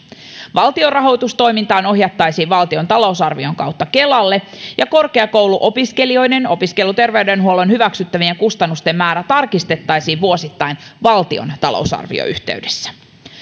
valtion rahoitus toimintaan ohjattaisiin valtion talousarvion kautta kelalle ja korkeakouluopiskelijoiden opiskeluterveydenhuollon hyväksyttävien kustannusten määrä tarkistettaisiin vuosittain valtion talousarvion yhteydessä